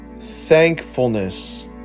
thankfulness